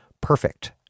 perfect